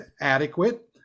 adequate